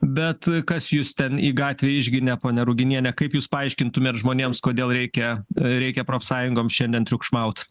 bet kas jus ten į gatvę išginė ponia ruginiene kaip jūs paaiškintumėt žmonėms kodėl reikia reikia profsąjungoms šiandien triukšmaut